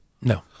No